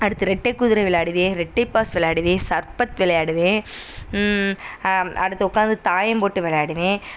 அடுத்து ரெட்டை குதிரை விளாடுவேன் ரெட்டை பாஸ் விளாடுவேன் சர்ப்பத் விளையாடுவேன் அடுத்து உக்காந்து தாயம் போட்டு விளையாடுவேன்